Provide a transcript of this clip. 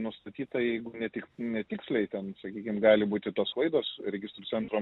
nustatyta jeigu ne tik netiksliai ten sakykim gali būti tos klaidos registrų centro